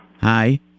Hi